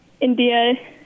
India